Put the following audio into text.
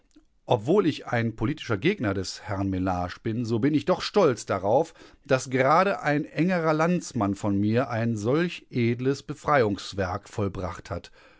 obwohl ich ein politischer gegner des herrn mellage bin so bin ich doch stolz darauf daß gerade ein engerer landsmann von mir ein solch edles befreiungswerk vollbracht hat